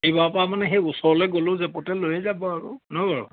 এইবাৰৰ পৰা মানে সেই ওচৰলৈ গ'লেও জেপতে লৈয়ে যাব আৰু ন বাৰু